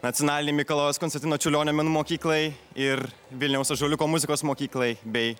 nacionalinei mikalojaus konstantino čiurlionio menų mokyklai ir vilniaus ąžuoliuko muzikos mokyklai bei